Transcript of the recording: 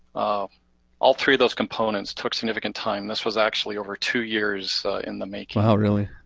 ah all three of those components took significant time. this was actually over two years in the making. wow, really?